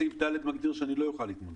סעיף קטן (ד) מגדיר לך שלא תוכל להתמודד.